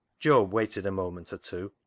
job waited a moment or two,